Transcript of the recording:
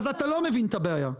אז אתה לא מבין את הבעיה.